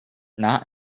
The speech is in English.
not